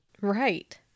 Right